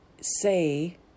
say